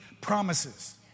promises